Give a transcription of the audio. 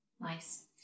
Nice